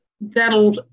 that'll